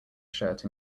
shirt